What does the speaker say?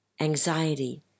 anxiety